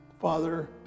Father